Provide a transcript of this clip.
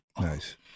Nice